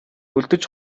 үлдэж